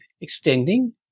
extending